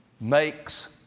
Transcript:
makes